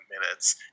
minutes